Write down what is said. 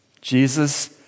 Jesus